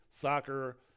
soccer